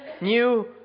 new